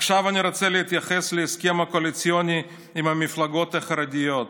עכשיו אני רוצה להתייחס להסכם הקואליציוני עם המפלגות החרדיות,